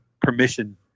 permission